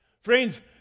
Friends